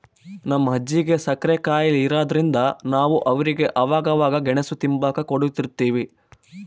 ನಮ್ ಅಜ್ಜಿಗೆ ಸಕ್ರೆ ಖಾಯಿಲೆ ಇರಾದ್ರಿಂದ ನಾವು ಅವ್ರಿಗೆ ಅವಾಗವಾಗ ಗೆಣುಸು ತಿಂಬಾಕ ಕೊಡುತಿರ್ತೀವಿ